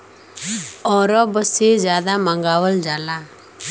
अरब से जादा मंगावल जाला